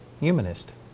humanist